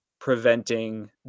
preventing